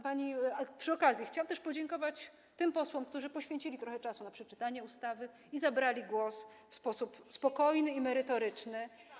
Przy okazji chciałam podziękować tym posłom, którzy poświecili trochę czasu na przeczytanie ustawy i zabrali głos w sposób spokojny i merytoryczny.